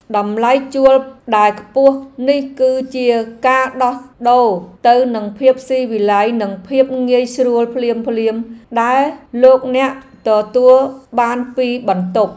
តម្លៃជួលដែលខ្ពស់នេះគឺជាការដោះដូរទៅនឹងភាពស៊ីវិល័យនិងភាពងាយស្រួលភ្លាមៗដែលលោកអ្នកទទួលបានពីបន្ទប់។